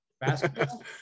Basketball